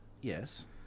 Yes